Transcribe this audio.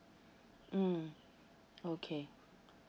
mm okay